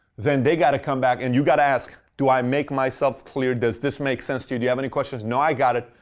then they've got to come back and you've got to ask, do i make myself clear? does this make sense to you? do you have any questions? no, i got it.